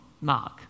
Mark